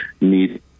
need